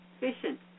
efficient